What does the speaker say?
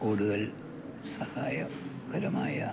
കൂടുതൽ സഹായകരമായ